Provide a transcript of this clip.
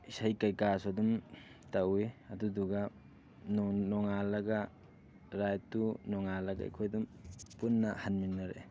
ꯏꯁꯩ ꯀꯩꯀꯥꯁꯨ ꯑꯗꯨꯝ ꯇꯧꯋꯤ ꯑꯗꯨꯗꯨꯒ ꯅꯣꯡꯉꯥꯜꯂꯒ ꯔꯥꯏꯗꯇꯨ ꯅꯣꯡꯉꯥꯜꯂꯒ ꯑꯩꯈꯣꯏ ꯑꯗꯨꯝ ꯄꯨꯟꯅ ꯍꯟꯃꯤꯟꯅꯔꯛꯑꯦ